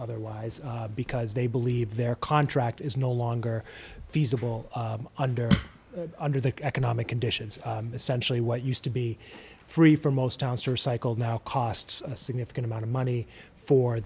otherwise because they believe their contract is no longer feasible under under the economic conditions essentially what used to be free for most towns to recycle now costs a significant amount of money for